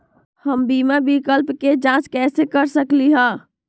हम बीमा विकल्प के जाँच कैसे कर सकली ह?